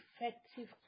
effective